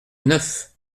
neuf